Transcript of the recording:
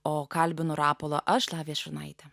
o kalbinu rapolą aš lavija šurnaitė